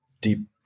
deep